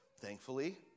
Thankfully